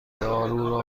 دارو